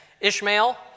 Ishmael